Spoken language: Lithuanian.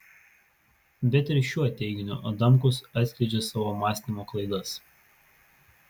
bet ir šiuo teiginiu adamkus atskleidžia savo mąstymo klaidas